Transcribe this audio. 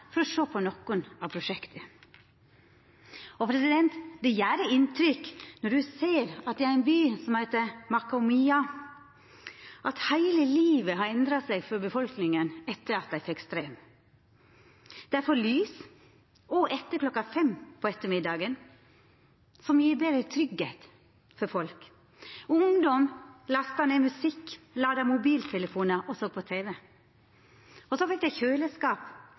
for å sjå på nokre av prosjekta. Og det gjer inntrykk når ein ser at i ein by, som Makaomia, har heile livet endra seg for befolkninga etter at dei fekk straum. Dei har fått lys også etter klokka fem på ettermiddagen, som gjev meir tryggleik for folk. Ungdom lasta ned musikk, lada mobiltelefonar og såg på tv. Og dei hadde fått kjøleskap